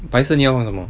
白色你要放什么